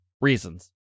reasons